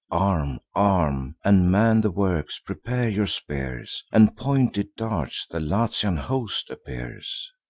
arm! arm! and man the works! prepare your spears and pointed darts! the latian host appears.